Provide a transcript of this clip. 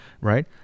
right